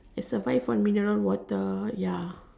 survive on mineral water ya